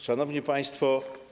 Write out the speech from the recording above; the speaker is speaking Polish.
Szanowni Państwo!